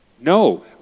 No